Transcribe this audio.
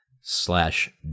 slash